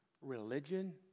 religion